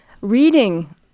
reading